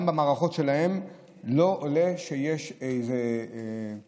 גם במערכות שלהם לא עולה שיש פניות